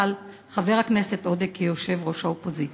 על חבר הכנסת עודה כיושב-ראש האופוזיציה.